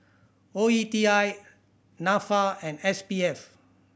O E T I Nafa and S P F